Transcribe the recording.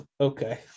Okay